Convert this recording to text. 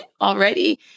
already